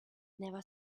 never